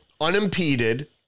unimpeded